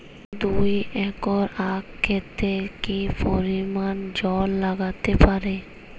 দুই একর আক ক্ষেতে কি পরিমান জল লাগতে পারে?